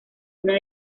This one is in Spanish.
una